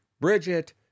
Bridget